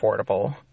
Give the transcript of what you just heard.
affordable